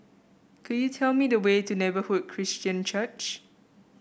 could you tell me the way to Neighbourhood Christian Church